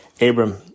Abram